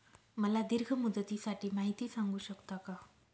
मला दीर्घ मुदतीसाठी माहिती सांगू शकता का?